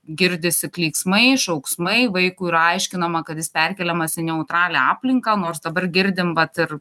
girdisi klyksmai šauksmai vaikui yra aiškinama kad jis perkeliamas į neutralią aplinką nors dabar girdim vat ir